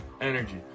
Energy